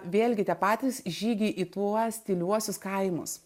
vėlgi tie patys žygiai į tuos tyliuosius kaimus